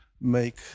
make